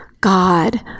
God